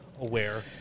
aware